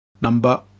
number